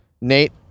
Nate